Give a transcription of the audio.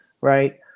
right